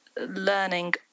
learning